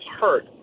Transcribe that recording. hurt